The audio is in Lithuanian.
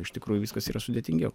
iš tikrųjų viskas yra sudėtingiau